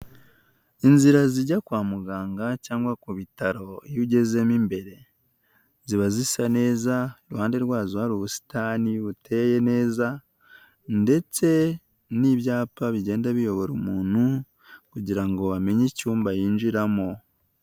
Inzira zijya kwa muganga cyangwa ku bitaro iyo ugezemo imbere ziba zisa neza kuruhande rwazo hari ubusitani buteye neza ndetse n'ibyapa bigenda biyobora umuntu kugira ngo amenye icyumba yinjiramo.